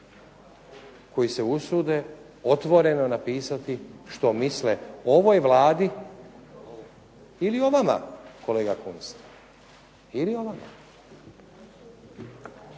koji se usude otvoreno napisati što misle o ovoj Vladi ili o vama, kolega Kunst. Ili o vama.